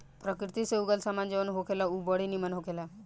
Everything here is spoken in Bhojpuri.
प्रकृति से उगल सामान जवन होखेला उ बड़ी निमन होखेला